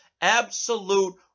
absolute